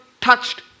touched